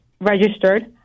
registered